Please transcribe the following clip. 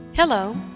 Hello